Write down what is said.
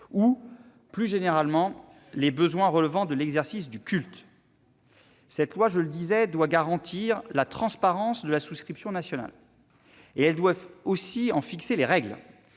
ou, plus généralement, les besoins relevant de l'exercice du culte. Cette loi, je le disais, doit garantir la transparence de la souscription nationale ; elle doit aussi en fixer les règles.